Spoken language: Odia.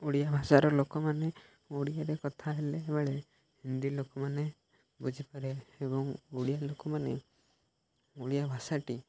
ଓଡ଼ିଆ ଭାଷାର ଲୋକମାନେ ଓଡ଼ିଆରେ କଥା ହେଲା ବେଳେ ହିନ୍ଦୀ ଲୋକମାନେ ବୁଝିପାରେ ଏବଂ ଓଡ଼ିଆ ଲୋକମାନେ ଓଡ଼ିଆ ଭାଷାଟି